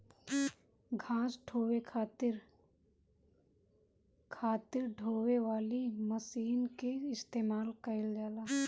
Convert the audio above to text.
घास ढोवे खातिर खातिर ढोवे वाली मशीन के इस्तेमाल कइल जाला